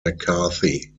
mccarthy